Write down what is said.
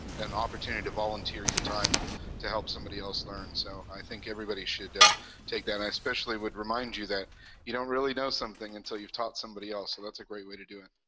an opportunity to volunteer your time to help somebody else learn, so i think everybody should ah take that, and i especially would remind you that you don't really know something until you've taught somebody else, so that's a great way to do it.